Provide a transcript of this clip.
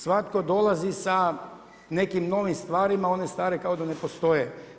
Svatko dolazi sa nekim novim stvarima, one stare kao da ne postoje.